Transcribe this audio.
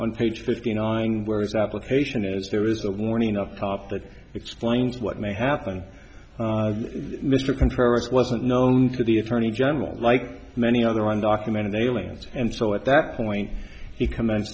on page fifty nine where his application is there is a warning up top that explains what may happen mr contreras wasn't known to the attorney general like many other one documented aliens and so at that point he comm